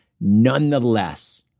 nonetheless